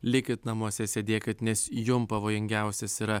likit namuose sėdėkit nes jum pavojingiausias yra